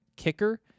kicker